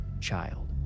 Child